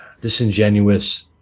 disingenuous